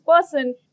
person